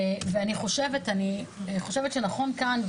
אני חושבת שנכון כאן,